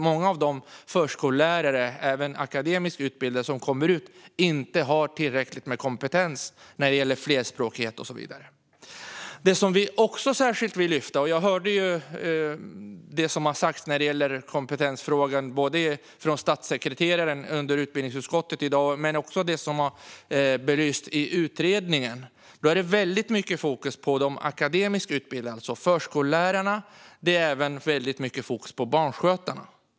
Många av de förskollärare, även akademiskt utbildade, som kommer ut har inte tillräckligt med kompetens när det gäller flerspråkighet och så vidare. Det finns ytterligare en sak som vi vill lyfta. Jag hörde det som har sagts när det gäller kompetensfrågan både från statssekreteraren i utbildningsutskottet i dag och i det som har belysts i utredningen. Där är det väldigt mycket fokus på de akademiskt utbildade, alltså förskollärarna. Det är även väldigt mycket fokus på barnskötarna.